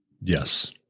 Yes